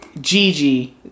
Gigi